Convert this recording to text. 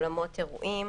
אולמות אירועים